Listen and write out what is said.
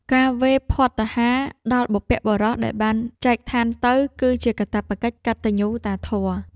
ការវេរភត្តាហារដល់បុព្វបុរសដែលបានចែកឋានទៅ គឺជាកាតព្វកិច្ចកតញ្ញូតាធម៌។